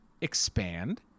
expand